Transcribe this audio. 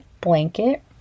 blanket